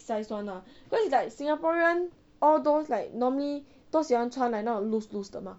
size [one] lah cause it's like singaporean all those like normally 都喜欢穿 like 那种 lose lose 的 mah